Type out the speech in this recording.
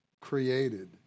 created